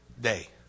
day